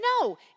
No